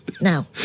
now